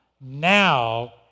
now